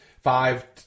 Five